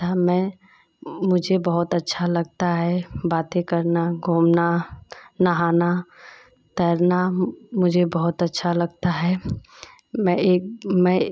था मैं मुझे बहुत अच्छा लगता है बातें करना घूमना नहाना तैरना मुझे बहुत अच्छा लगता है मैं एक मैं